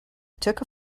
took